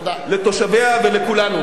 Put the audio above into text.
לתושביה ולכולנו.